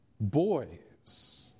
boys